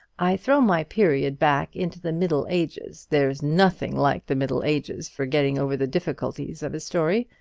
i throw my period back into the middle ages there's nothing like the middle ages for getting over the difficulties of a story.